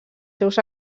seus